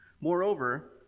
Moreover